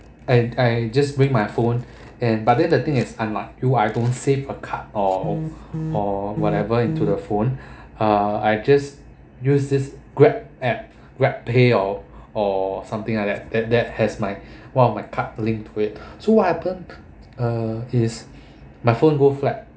and I just bring my phone and but then the thing is unlike you I don't save a card or or whatever into the phone ah I just use this grab app grabpay or or something like that that that has my one of my card link to it so what happened uh is my phone go flat